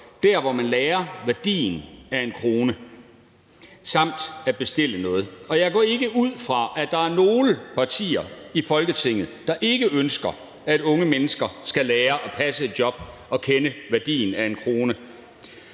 der, hvor man lærer at kende værdien af 1 kr. og lærer at bestille noget. Og jeg går ikke ud fra, at der er nogen partier i Folketinget, der ikke ønsker, at unge mennesker skal lære at passe et job og kende værdien af 1 kr.,så